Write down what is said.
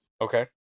Okay